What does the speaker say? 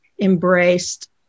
embraced